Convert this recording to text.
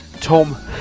Tom